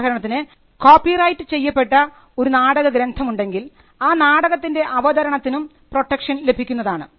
ഉദാഹരണത്തിന് കോപ്പിറൈറ്റ് ചെയ്യപ്പെട്ട ഒരു നാടകഗ്രന്ഥം ഉണ്ടെങ്കിൽ ആ നാടകത്തിൻറെ അവതരണത്തിനും പ്രൊട്ടക്ഷൻ ലഭിക്കുന്നതാണ്